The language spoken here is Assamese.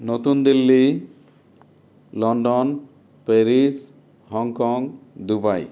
নতুন Delhi London Paris Hong Kong Dubai